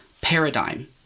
paradigm